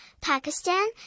Pakistan